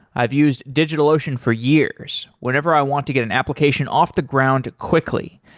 i've used digitalocean for years, whenever i want to get an application off the ground quickly.